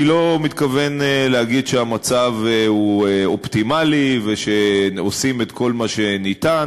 אני לא מתכוון להגיד שהמצב הוא אופטימלי ושעושים את כל מה שניתן.